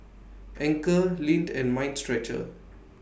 Anchor Lindt and Mind Stretcher